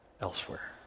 elsewhere